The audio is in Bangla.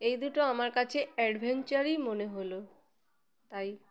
এই দুটো আমার কাছে অ্যাডভেঞ্চারই মনে হলো তাই